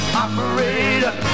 operator